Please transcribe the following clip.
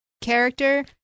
character